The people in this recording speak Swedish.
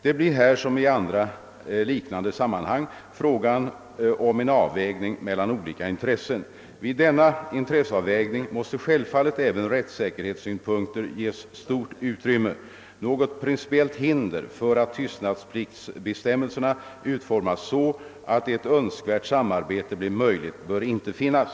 Det blir här som i andra liknande sammanhang fråga om en avvägning mellan olika intressen. Vid denna intresseavvägning måste självfallet även rättssäkerhetssynpunkter ges stort utrymme. Något principiellt hinder för att tystnadspliktsbestämmelserna utformas så att ett önskvärt samarbete blir möjligt bör inte finnas.